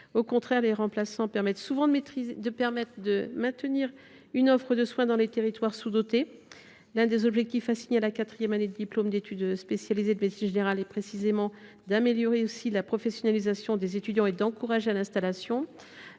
En effet, les remplaçants permettent souvent de maintenir une offre de soins dans des territoires sous dotés. L’un des objectifs assignés à la quatrième année de diplôme d’études spécialisées de médecine générale est, précisément, d’améliorer la professionnalisation des étudiants et d’encourager à l’installation.